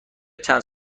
چند